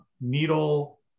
Needle